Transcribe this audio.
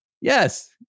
Yes